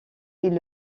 est